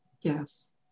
Yes